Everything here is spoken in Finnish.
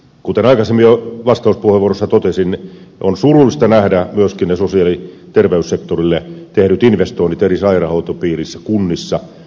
kuten aikaisemmin jo vastauspuheenvuorossa totesin on surullista nähdä myöskin ne sosiaali ja terveyssektorille tehdyt investoinnit eri sairaanhoitopiireissä kunnissa